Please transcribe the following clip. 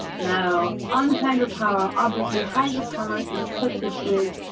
now, on hydropower obviously, hydropower, in such a grid,